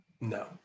No